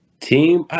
team